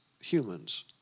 humans